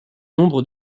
nombre